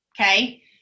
Okay